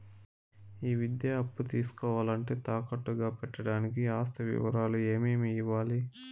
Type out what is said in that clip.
ఈ విద్యా అప్పు తీసుకోవాలంటే తాకట్టు గా పెట్టడానికి ఆస్తి వివరాలు ఏమేమి ఇవ్వాలి?